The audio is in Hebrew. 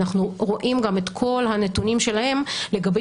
אנחנו רואים גם את כל הנתונים שלהם לגבי